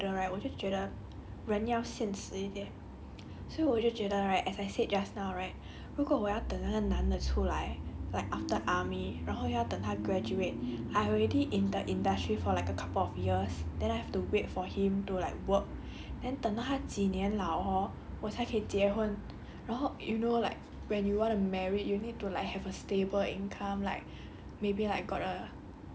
ya so now right when I get older right 我就觉得人要现实一点所以我就觉得 right as I said just now right 如果我要等那个男的出来 like after army 然后要等他 graduate I already in the industry for like a couple of years then I have to wait for him to like work then 等到他几年 liao hor 我才可以结婚然后 you know like when you want to marry you need to like have a stable income like